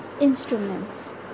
instruments